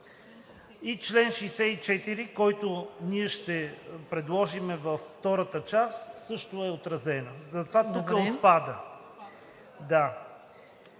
И чл. 64, който ще предложим във втората част, също е отразен, затова тук отпада.